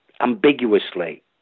ambiguously